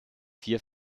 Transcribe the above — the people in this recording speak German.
vier